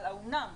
אבל האומנם?